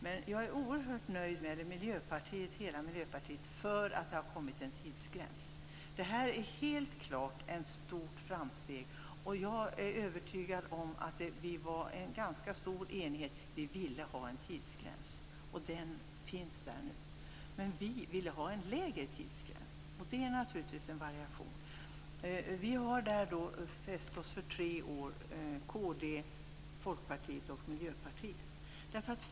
Men jag, och hela Miljöpartiet, är oerhört nöjda med att det har kommit en tidsgräns. Det är helt klart ett stort framsteg, och jag är övertygad om att det fanns en ganska stor enighet om att vi ville ha en tidsgräns. Den finns nu. Men vi ville ha en lägre tidsgräns. Det är naturligtvis en variation. Vi i Kristdemokraterna, Folkpartiet och Miljöpartiet har fäst oss vid tre år.